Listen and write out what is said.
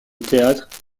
théâtre